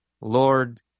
Lord